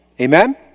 Amen